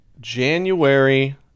January